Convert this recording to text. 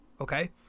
Okay